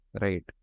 right